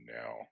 now